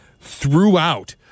throughout